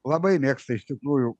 labai mėgsta iš tikrųjų